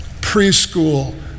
preschool